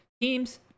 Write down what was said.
teams